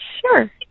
sure